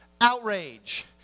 Outrage